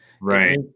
right